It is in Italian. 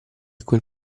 quel